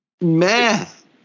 math